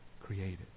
created